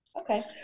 Okay